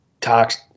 talks